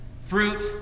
Fruit